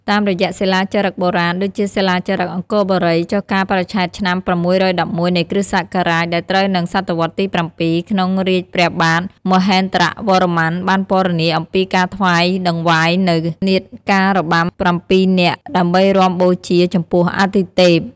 តាមរយៈសិលាចារឹកបុរាណ ដូចជាសិលាចារឹកអង្គរបុរី ចុះកាលបរិច្ឆេទឆ្នាំ ៦១១ នៃគ្រិស្តសករាជ ដែលត្រូវនឹង សតវត្សរ៍ទី ៧ ក្នុងរាជ្យព្រះបាទ មហេន្ទ្រវរ្ម័ន បានពណ៌នាអំពីការថ្វាយដង្វាយនូវនាដការរបាំ ប្រាំពីរ នាក់ ដើម្បីរាំបូជាចំពោះអាទិទេព។